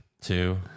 Two